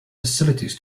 facilities